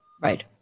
Right